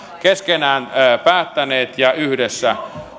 keskenään päättäneet ja yhdessä